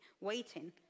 waiting